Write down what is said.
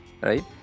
right